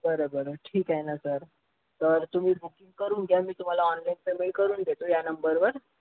बरं बरं ठीक आहे ना सर तर तुम्ही बुकिंग करून घ्या मी तुम्हाला ऑनलाईन पेमेंट करून देतो या नंबरवर